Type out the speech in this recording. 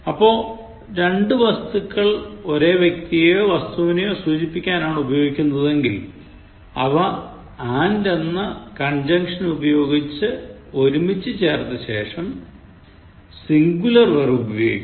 അപ്പോൾ രണ്ടു വസ്തുക്കൾ ഒരേ വ്യക്തിയെയോ വസ്തുവിനെയോ സൂചിപ്പ്ക്കാന്നാണ് ഉപയോഗിക്കുന്നതെങ്കിൽ അവ and എന്ന കൺജെങ്ക്ഷൻ ഉപയോഗിച്ച് ഒരുമിച്ചു ചേർത്തശേഷം സിന്ഗുലർ വെർബ് ഉപയോഗിക്കും